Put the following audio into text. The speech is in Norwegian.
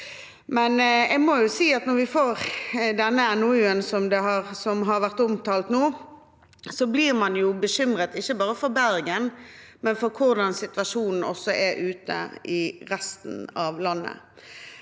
når vi får denne NOU-en som har vært omtalt nå, blir man jo bekymret, ikke bare for Bergen, men for hvordan situasjonen er også ute i resten av landet.